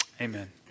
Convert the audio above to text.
amen